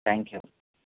thank you